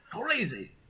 crazy